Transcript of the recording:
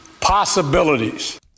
Possibilities